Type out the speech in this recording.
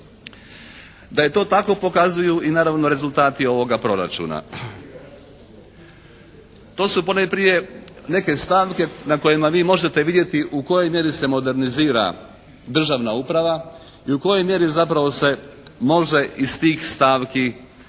Da je to tako pokazuju naravno i rezultati ovoga proračuna. To su ponajprije neke stavke na kojima vi možete vidjeti u kojoj mjeri se modernizira državna uprava i u kojoj mjeri zapravo se može iz tih stavki očekivati